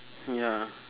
ya